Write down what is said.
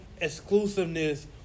exclusiveness